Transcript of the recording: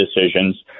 decisions